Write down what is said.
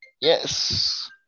Yes